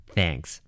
Thanks